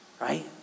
Right